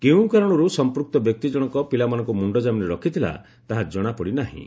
କେଉଁ କାରଣରୁ ସଂପୃକ୍ତ ବ୍ୟକ୍ତିଜଣକ ପିଲାମାନଙ୍କୁ ମୁଣ୍ଡକାମିନ ରଖିଥିଲା ତାହା ଜଣାପଡ଼ିନାହିଁ